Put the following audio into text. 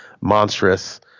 monstrous